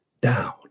down